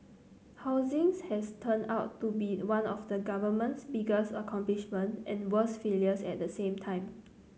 housings has turned out to be one of the government's biggest accomplishment and worst failures at the same time